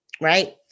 right